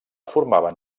formaven